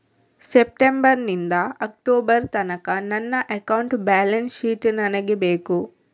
September ನಿಂದ October ತನಕ ನನ್ನ ಅಕೌಂಟ್ ಬ್ಯಾಲೆನ್ಸ್ ಶೀಟ್ ನನಗೆ ಬೇಕು